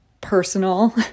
personal